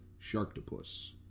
sharktopus